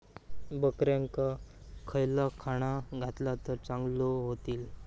बकऱ्यांका खयला खाणा घातला तर चांगल्यो व्हतील?